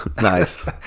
Nice